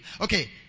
Okay